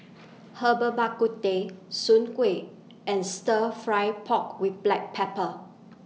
Herbal Bak Ku Teh Soon Kway and Stir Fry Pork with Black Pepper